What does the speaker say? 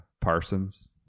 Parsons